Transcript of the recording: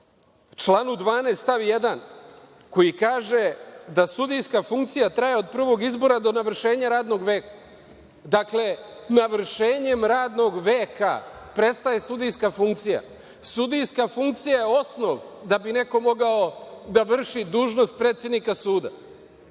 članu 12. stav 1. koji kaže da „sudija funkcija traje od prvog izbora do navršenja radnog veka“ - dakle, navršenjem radnog veka prestaje sudijska funkcija, a sudijska funkcija je osnov da bi neko mogao da vrši dužnost predsednika suda.